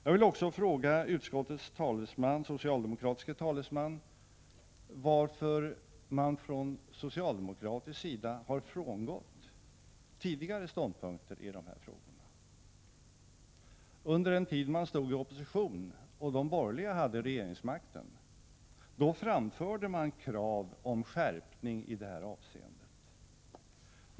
Jag vill också fråga utskottets socialdemokratiske talesman varför man från socialdemokratisk sida har frångått tidigare ståndpunkter i de här frågorna. Under den tid man stod i opposition och de borgerliga hade regeringsmakten framförde man krav på skärpning i de här avseendena.